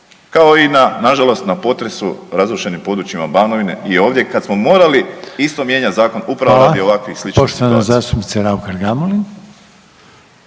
kao i na, nažalost, na potresu razrušenim područjima Banovine i ovdje kad smo morali isto mijenjat zakon upravo radi ovakvih sličnih situacija.